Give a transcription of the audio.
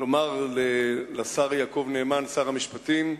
לומר לשר יעקב נאמן, שר המשפטים,